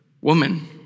woman